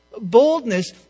Boldness